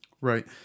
Right